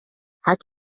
hat